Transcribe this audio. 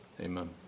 Amen